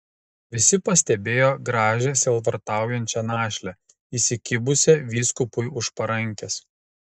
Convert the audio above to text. visi pastebėjo gražią sielvartaujančią našlę įsikibusią vyskupui už parankės